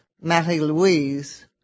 Marie-Louise